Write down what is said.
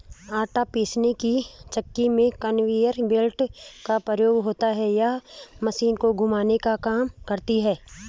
आटा पीसने की चक्की में कन्वेयर बेल्ट का प्रयोग होता है यह मशीन को घुमाने का काम करती है